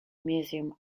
museum